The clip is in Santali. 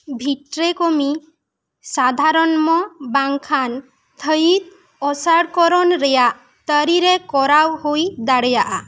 ᱵᱷᱤᱴᱨᱠᱚᱢᱤ ᱥᱟᱫᱷᱟᱨᱚᱱᱢᱚ ᱵᱟᱝᱠᱷᱟᱱ ᱛᱷᱟᱭᱤᱛ ᱚᱥᱟᱲ ᱠᱚᱨᱚᱱ ᱨᱮᱭᱟᱜ ᱛᱟᱨᱤᱨᱮ ᱠᱚᱨᱟᱣ ᱦᱩᱭ ᱫᱟᱲᱮᱭᱟᱜᱼᱟ